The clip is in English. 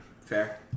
Fair